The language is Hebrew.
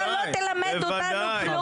אתה לא תלמד אותנו כלום.